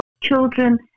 children